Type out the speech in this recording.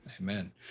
Amen